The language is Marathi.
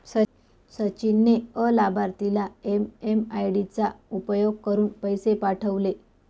सचिन ने अलाभार्थीला एम.एम.आय.डी चा उपयोग करुन पैसे पाठवले